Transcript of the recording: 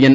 N